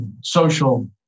social